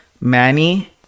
Manny